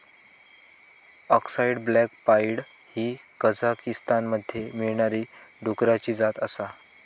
अक्साई black pied ही कझाकीस्तानमध्ये मिळणारी डुकराची जात आसा